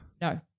No